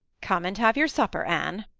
come and have your supper, anne,